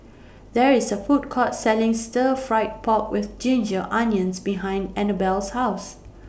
There IS A Food Court Selling Stir Fried Pork with Ginger Onions behind Annabelle's House